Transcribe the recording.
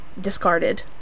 discarded